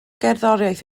gerddoriaeth